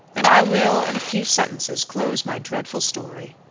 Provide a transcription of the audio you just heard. and i will, in a few sentences, close my dreadful story.